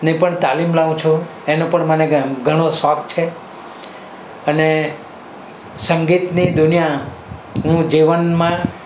ની પણ તાલીમ લઉં છું એનું પણ મને ઘણો શોખ છે અને સંગીતની દુનિયા હું જીવનમાં